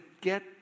get